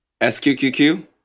SQQQ